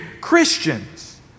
Christians